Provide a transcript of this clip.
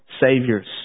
saviors